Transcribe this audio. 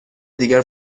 دیگر